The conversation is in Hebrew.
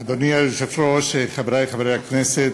אדוני היושב-ראש, חברי חברי הכנסת,